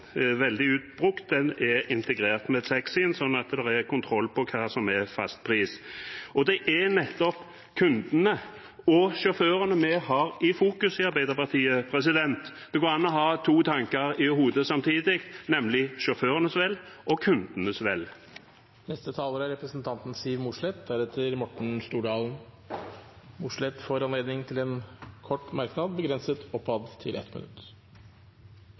Det er nettopp kundene og sjåførene vi har i tankene i Arbeiderpartiet. Det går an å ha to tanker i hodet samtidig, nemlig sjåførenes vel og kundenes vel. Representanten Siv Mossleth har hatt ordet to ganger tidligere og får ordet til en kort merknad, begrenset til 1 minutt.